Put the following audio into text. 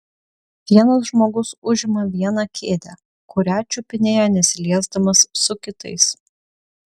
vienas žmogus užima vieną kėdę kurią čiupinėja nesiliesdamas su kitais